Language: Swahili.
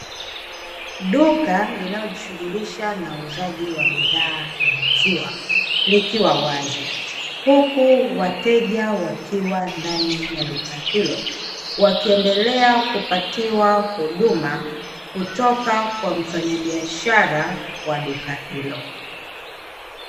Duka linalojishughulisha na uuzaji wa bidhaa ya maziwa likiwa wazi, huku wateja wakiwa ndani ya duka hilo wakiendelea kupatiwa huduma kutoka kwa mfanyabiashara wa duka hilo.